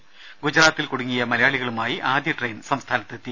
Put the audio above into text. ത ഗുജറാത്തിൽ കുടുങ്ങിയ മലയാളികളുമായി ആദ്യ ട്രെയിൻ സംസ്ഥാനത്തെത്തി